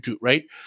right